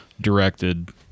directed